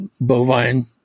bovine